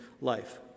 life